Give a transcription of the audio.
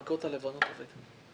העובדה שבכוחות משותפים פתחנו,